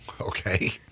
Okay